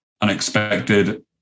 unexpected